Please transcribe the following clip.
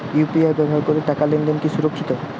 UPI ব্যবহার করে টাকা লেনদেন কি সুরক্ষিত?